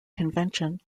convention